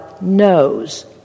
knows